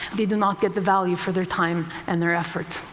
they do not get the value for their time and their effort.